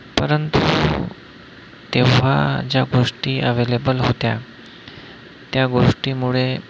परंतु तेव्हा ज्या गोष्टी अवेलेबल होत्या त्या गोष्टीमुळे